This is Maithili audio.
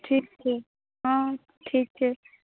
ठीक छै हँ ठीक छै